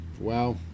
wow